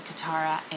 katara